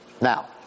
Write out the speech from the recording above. Now